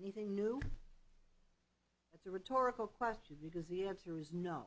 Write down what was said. anything new that's a rhetorical question because the answer is no